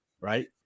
right